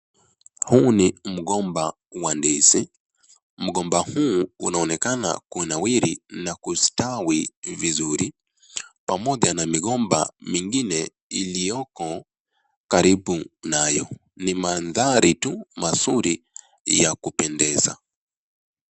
Huu ni mgomba wa ndizi. Mgomba huu unaonekana kunawiri na kustawi vizuri pamoja na migomba mingine ilioko karibu nayo. Ni mandhari tu mazuri ya kupendeza.